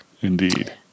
Indeed